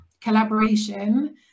collaboration